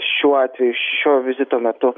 šiuo atveju šio vizito metu